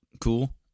cool